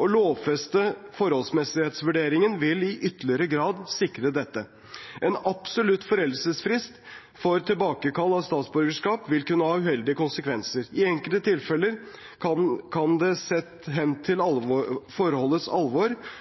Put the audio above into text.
Å lovfeste forholdsmessighetsvurderingen vil i ytterligere grad sikre dette. En absolutt foreldelsesfrist for tilbakekall av statsborgerskap vil kunne ha uheldige konsekvenser. I enkelte tilfeller kan det sett hen til forholdets alvor